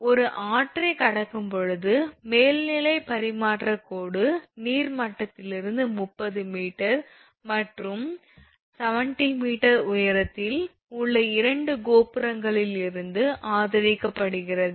ஒரு ஆற்றைக் கடக்கும்போது மேல்நிலைப் பரிமாற்றக் கோடு நீர் மட்டத்திலிருந்து 30 𝑚 மற்றும் 70 m உயரத்தில் உள்ள இரண்டு கோபுரங்களிலிருந்து ஆதரிக்கப்படுகிறது